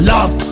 Love